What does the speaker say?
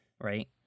right